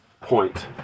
point